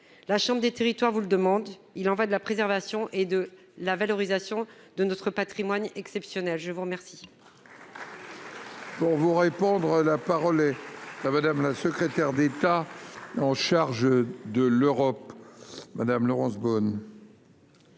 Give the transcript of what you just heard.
La chambre des territoires vous le demande. Il y va de la préservation et de la valorisation de notre patrimoine exceptionnel. La parole